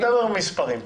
דבר במספרים.